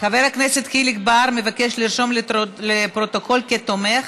חבר הכנסת חיליק בר מבקש להירשם בפרוטוקול כתומך,